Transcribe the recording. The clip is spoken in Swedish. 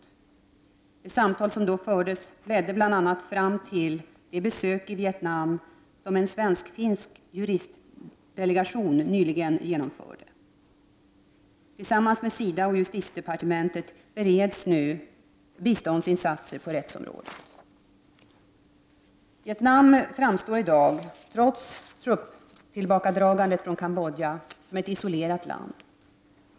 De samtal som då fördes ledde bl.a. fram till det besök i Vietnam som en svensk-finsk juristdelegation nyligen genomförde. Tillsammans med SIDA och justitiedepartementet bereds nu biståndsinsatser på rättsområdet. Vietnam framstår i dag, trots trupptillbakadragandet från Cambodja, som ett isolerat land.